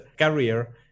career